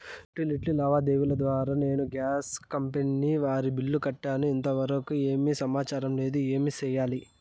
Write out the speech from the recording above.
Utility లావాదేవీల ద్వారా నేను గ్యాస్ కంపెని వారి బిల్లు కట్టాను కానీ ఇంతవరకు ఏమి సమాచారం లేదు, ఏమి సెయ్యాలి?